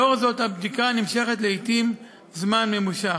לאור זאת, הבדיקה נמשכת לעתים זמן ממושך.